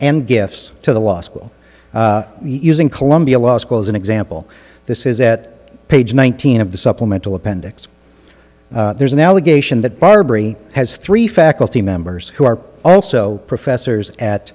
and gifts to the law school using columbia law school as an example this is at page one thousand of the supplemental appendix there's an allegation that barbary has three faculty members who are also professors at